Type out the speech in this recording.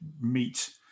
meet